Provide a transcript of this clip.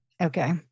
Okay